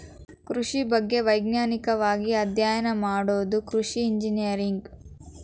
ಕೃಷಿ ಬಗ್ಗೆ ವೈಜ್ಞಾನಿಕವಾಗಿ ಅಧ್ಯಯನ ಮಾಡುದ ಕೃಷಿ ಇಂಜಿನಿಯರಿಂಗ್